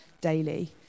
daily